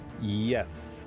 yes